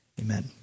Amen